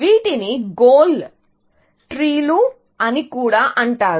వీటిని గోల్ ట్రీలు అని కూడా అంటారు